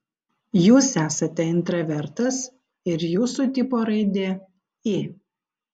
jūs esate intravertas ir jūsų tipo raidė i